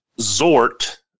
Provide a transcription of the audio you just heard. Zort